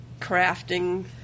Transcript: crafting